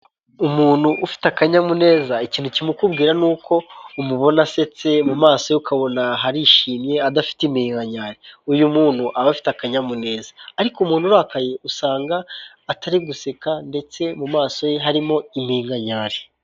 Umuntu ufite akanyamuneza, ikintu kimukubwira ni uko, umubona asetse mu maso ye ukabona harishimye, adafite iminkanyari. Uyu muntu aba afite akanyamuneza, ariko umuntu urakaye usanga atari guseka, ndetse mu maso he harimo iminkanyari.